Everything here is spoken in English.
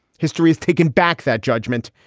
history is taking back that judgment.